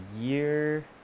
year